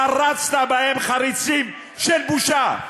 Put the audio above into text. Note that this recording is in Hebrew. חרצת בו חריצים של בושה?